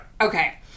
Okay